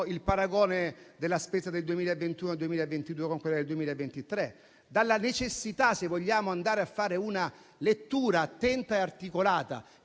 il paragone della spesa del 2021-2022 con quella del 2023, alla necessità, se vogliamo, di andare a fare una lettura attenta e articolata